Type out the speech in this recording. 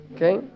Okay